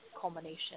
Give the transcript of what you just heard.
culmination